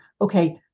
okay